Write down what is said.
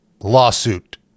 lawsuit